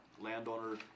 landowner